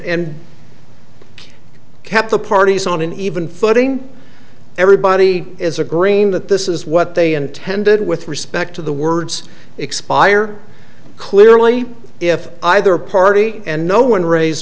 and kept the parties on an even footing everybody is agreement this is what they intended with respect to the words expire clearly if either party and no one ra